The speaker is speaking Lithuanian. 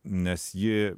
nes ji